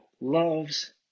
loves